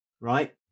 right